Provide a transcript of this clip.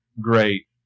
Great